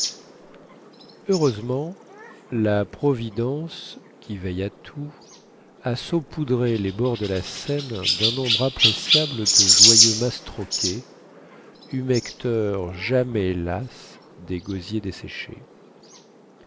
heureusement la providence qui veille à tout a saupoudré les bords de la seine dun nombre appréciable de joyeux mastroquets humecteurs jamais las des gosiers desséchés